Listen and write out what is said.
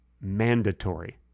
mandatory